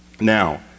Now